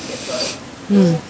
mm